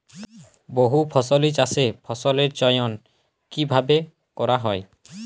বহুফসলী চাষে ফসলের চয়ন কীভাবে করা হয়?